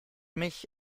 mich